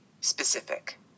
specific